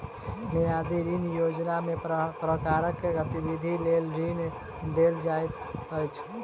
मियादी ऋण योजनामे केँ प्रकारक गतिविधि लेल ऋण देल जाइत अछि